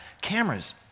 cameras